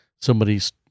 somebody's